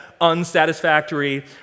unsatisfactory